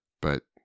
but-